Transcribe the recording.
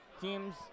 teams